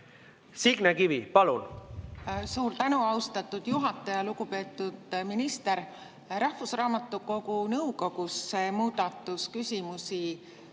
Signe Kivi, palun! Suur tänu, austatud juhataja! Lugupeetud minister! Rahvusraamatukogu nõukogus see muudatus küsimusi ei